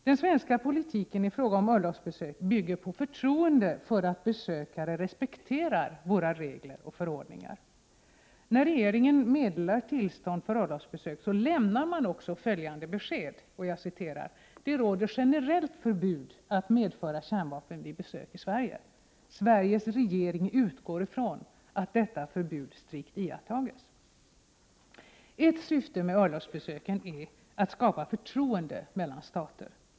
Den svenska politiken i fråga om örlogsbesök bygger på förtroende för att besökare respekterar våra regler och förordningar. När regeringen meddelar tillstånd för örlogsbesök lämnar man också följande besked: ”Det råder generellt förbud att medföra kärnvapen vid besök i Sverige. Sveriges regering utgår från att detta förbud strikt iakttages.” Ett syfte med örlogsbesöken är att skapa förtroende mellan stater.